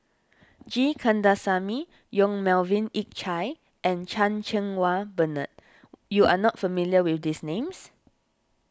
G Kandasamy Yong Melvin Yik Chye and Chan Cheng Wah Bernard you are not familiar with these names